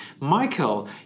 Michael